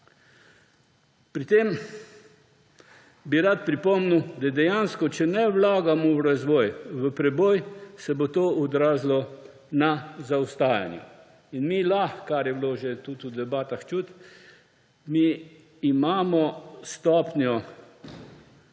Pri tem bi rad pripomnil, da dejansko, če ne vlagamo v razvoj, v preboj, se bo to odrazilo na zaostajanju. In mi lahko, kar je bilo že tudi v debatah čuti, mi imamo stopnjo